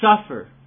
suffer